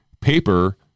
paper